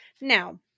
Now